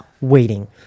Waiting